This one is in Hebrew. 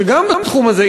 שגם בתחום הזה,